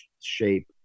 shape